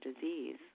disease